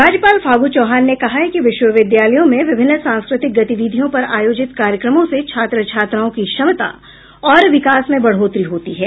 राज्यपाल फागू चौहान ने कहा है कि विश्वविद्यालयों में विभिन्न सांस्कृतिक गतिविधियों पर आयोजित कार्यक्रमों से छात्र छात्राओं की क्षमता और विकास में बढ़ोतरी होती है